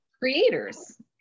creators